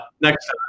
next